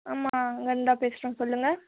ஆமாம் அங்கிருந்தான் பேசுகிறோம் சொல்லுங்க